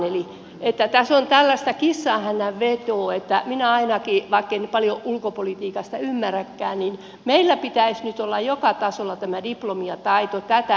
eli tässä on tällaista kissanhännän vetoa niin että minä ainakin vaikken nyt paljon ulkopolitiikasta ymmärräkään ajattelen että meillä pitäisi nyt olla joka tasolla tämä diplomatiataito